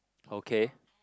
okay